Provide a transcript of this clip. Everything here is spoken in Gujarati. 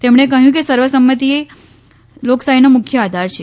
તેમણે કહ્યું કે સર્વસંમતિ એ લોકશાહીનો મુખ્ય આધાર છે